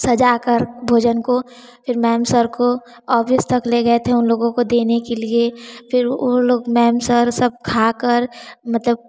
सजा कर भोजन को मैम सर को ऑफिस तक ले गए थे उन लोगों को देने के लिए फिर उन लोग मैम सर सब खा कर मतलब